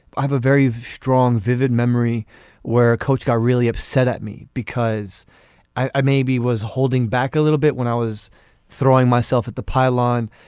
i have a very strong vivid memory where a coach got really upset at me because i maybe was holding back a little bit when i was throwing myself at the pylon.